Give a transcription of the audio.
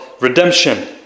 redemption